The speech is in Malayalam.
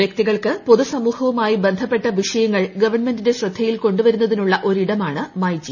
വൃക്തികൾക്ക് പൊതു സമൂഹവുമായി ബന്ധപ്പെട്ട വിഷയങ്ങൾ ഗവൺമെന്റിന്റെ ശ്രദ്ധയിൽ കൊണ്ടുവരുന്നതിനുള്ള ഒരു ് ഇടമാണ് മൈ ജി